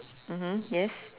mmhmm yes